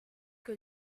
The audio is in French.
que